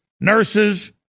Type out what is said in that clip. nurses